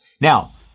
Now